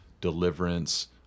deliverance